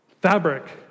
fabric